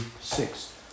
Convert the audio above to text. six